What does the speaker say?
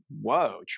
whoa